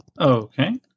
okay